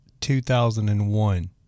2001